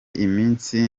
iminsi